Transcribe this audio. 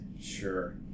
Sure